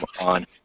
on